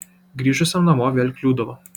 grįžusiam namo vėl kliūdavo